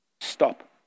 stop